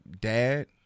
dad